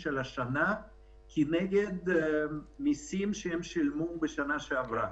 של השנה כנגד מיסים שהם שילמו בשנה שעברה.